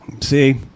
See